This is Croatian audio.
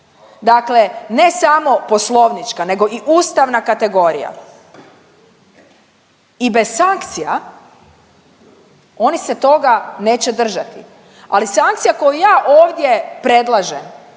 Dakle, ne samo poslovnička nego i ustavna kategorija. I bez sankcija oni se toga neće držati, ali sankcija koju ja ovdje predlažem